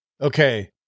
Okay